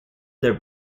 their